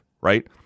right